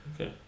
Okay